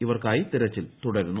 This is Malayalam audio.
ഇവർക്കായി തെരച്ചിൽ തുടരുന്നു